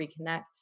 reconnect